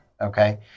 Okay